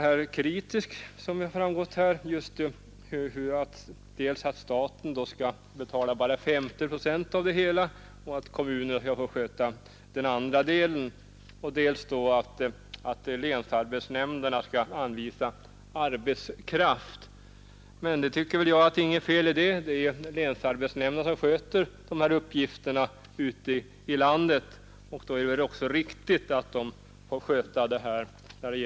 Som det här har framgått är man dels kritisk mot att staten bara skall betala 50 procent av denna försöksverksamhet medan kommunerna får betala den andra hälften, dels är man kritisk mot att länsarbetsnämnderna skall anvisa arbetskraft. Jag tycker inte det är något fel i det. Eftersom länsarbetsnämnderna ute i landet sköter dessa uppgifter är det väl också riktigt att de får anvisa arbetskraft.